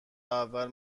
اول